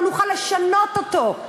לא נוכל לשנות אותו.